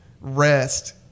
rest